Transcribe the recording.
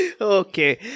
okay